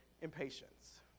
impatience